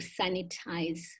sanitize